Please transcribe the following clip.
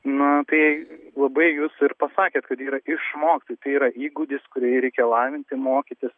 nu tai labai jūs ir pasakėt kad yra išmokti tai yra įgūdis kurį reikia lavinti mokytis